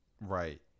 right